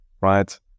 right